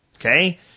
Okay